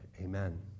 amen